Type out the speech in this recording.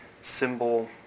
symbol